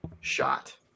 shot